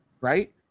right